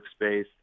workspace